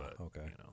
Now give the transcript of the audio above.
okay